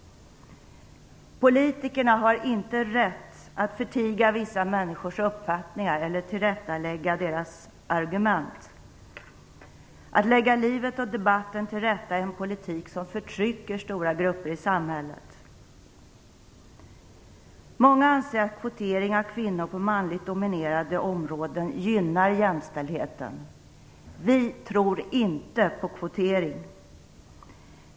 Politikerna har inte rätt att förtiga vissa människors uppfattningar eller tillrättalägga deras argument. Att lägga livet och debatten till rätta är en politik som förtrycker stora grupper i samhället. Många anser att kvotering av kvinnor på manligt dominerade områden gynnar jämställdheten. Vi tror inte på kvotering.